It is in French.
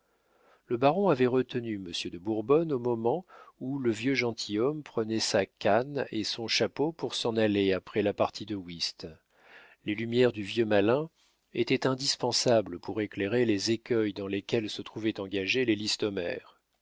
le baron avait retenu monsieur de bourbonne au moment où le vieux gentilhomme prenait sa canne et son chapeau pour s'en aller après la partie de wisth les lumières du vieux malin étaient indispensables pour éclairer les écueils dans lesquels se trouvaient engagés les listomère